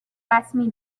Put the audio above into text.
رسمی